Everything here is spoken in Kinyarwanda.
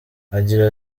agira